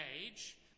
age